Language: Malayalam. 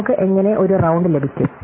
നമുക്ക് എങ്ങനെ ഒരു രൌണ്ട് ലഭിക്കും